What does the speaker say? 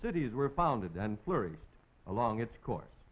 cities were founded and flurries along its course